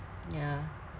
yeah